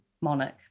monarch